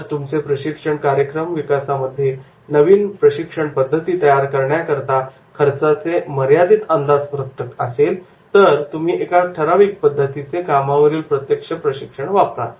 पण जर तुमचे प्रशिक्षण कार्यक्रम विकासामध्ये नवीन प्रशिक्षण पद्धती तयार करण्याकरता खर्चाचे मर्यादित अंदाजपत्रक असेल तर तुम्ही एका ठराविक पद्धतीचे कामावरील प्रत्यक्ष प्रशिक्षण वापरा